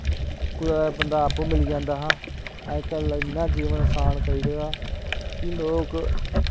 कुदै बंदा आपूं मिली आंदा हा अजकल्ल इन्ना जीवन असान करी ओड़े दा कि लोग